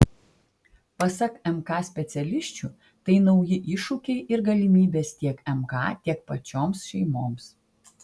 pasak mk specialisčių tai nauji iššūkiai ir galimybės tiek mk tiek pačioms šeimoms